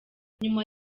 nyuma